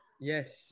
Yes